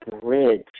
bridge